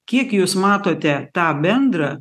kiek jūs matote tą bendrą